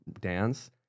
dance